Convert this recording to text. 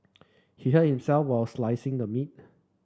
he hurt himself while slicing the meat